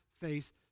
face